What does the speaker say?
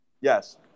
Yes